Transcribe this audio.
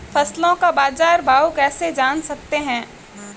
फसलों का बाज़ार भाव कैसे जान सकते हैं?